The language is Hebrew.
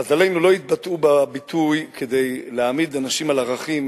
חז"לינו לא התבטאו בביטוי כדי להעמיד אנשים על ערכים.